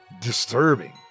disturbing